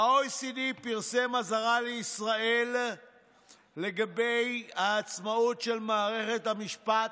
ה-OECD פרסם אזהרה לישראל לגבי העצמאות של מערכת המשפט,